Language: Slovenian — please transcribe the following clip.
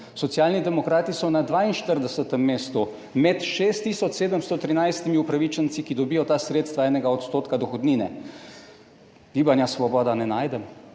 Socialni demokrati so na 42. mestu med 6 tisoč 713. upravičenci, ki dobijo ta sredstva, enega odstotka dohodnine. Gibanja Svoboda ne najdem.